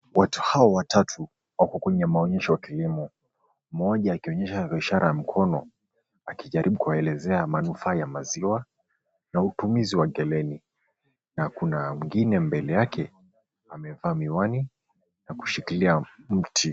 Watu hao watatu wako kwenye maonyesho ya kilimo, mmoja akionyesha kwa ishara ya mkono akijaribu kuwaelezea manufaa ya maziwa na utumizi wa kemeli na kuna mwingine mbele yake amevaa miwani na kushikilia mti.